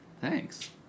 thanks